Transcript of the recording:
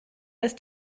ist